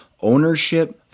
ownership